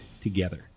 together